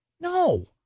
No